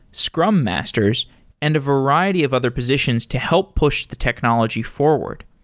scrum masters and a variety of other positions to help push the technology forward.